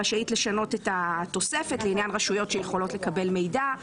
רשאית לשנות את התוספת לעניין רשויות שיכולות לקבל מידע.